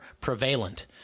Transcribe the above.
prevalent